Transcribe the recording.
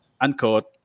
unquote